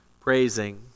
praising